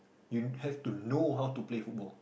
you have to know how to play football